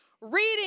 reading